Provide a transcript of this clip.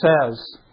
says